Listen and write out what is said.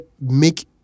make